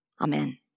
Amen